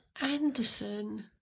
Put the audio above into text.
Anderson